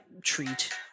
treat